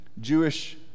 Jewish